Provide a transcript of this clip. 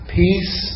peace